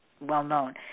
well-known